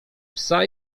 psa